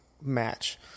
match